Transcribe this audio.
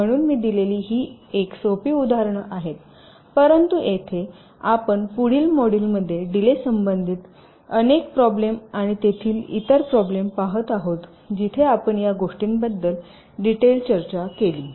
म्हणून मी दिलेली ही एक सोपी उदाहरणे आहे परंतु येथे आपण पुढील मॉड्यूलमध्ये डीले संबंधित अधिक प्रॉब्लेम आणि तेथील इतर प्रॉब्लेम पाहत आहोत जिथे आपण या गोष्टींबद्दल डिटेल चर्चा केली